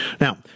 Now